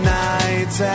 nights